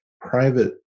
private